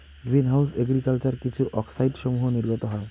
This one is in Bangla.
গ্রীন হাউস এগ্রিকালচার কিছু অক্সাইডসমূহ নির্গত হয়